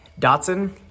Dotson